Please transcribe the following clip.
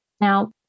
Now